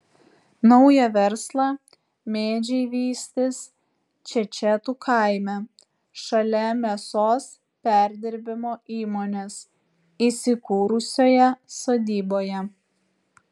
naują verslą mėdžiai vystys čečetų kaime šalia mėsos perdirbimo įmonės įsikūrusioje sodyboje